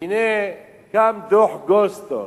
הנה גם דוח-גולדסטון,